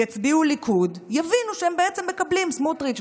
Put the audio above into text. יצביעו ליכוד ויבינו שהם בעצם מקבלים סמוטריץ',